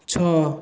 ଛଅ